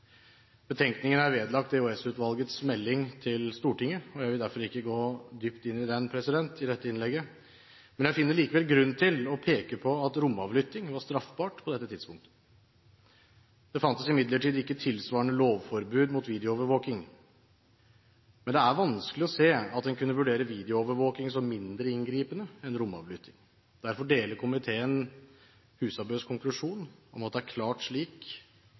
Betenkningen er vedlagt EOS-utvalgets melding til Stortinget, og jeg vil derfor ikke gå dypt inn i den i dette innlegget. Men jeg finner likevel grunn til å peke på at romavlytting var straffbart på dette tidspunktet. Det fantes imidlertid ikke tilsvarende lovforbud mot videoovervåking, men det er vanskelig å se at man kunne vurdere videoovervåking som mindre inngripende enn romavlytting. Derfor deler komiteen Husabøs konklusjon om at det er klart